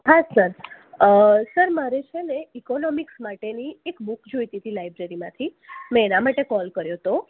હા sir sir મારે છે ને ઇકોનોમિક્સ માટેની એક બૂક જોઈતી લાઈબ્રેરીમાંથી મેં એના માટે કોલ કર્યો તો